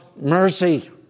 Mercy